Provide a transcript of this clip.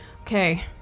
Okay